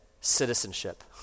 citizenship